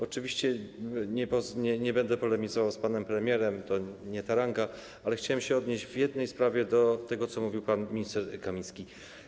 Oczywiście nie będę polemizował z panem premierem, to nie ta ranga, ale chciałam się odnieść w jednej sprawie do tego, co mówił pan minister Kamiński.